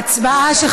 כהצבעה נגד.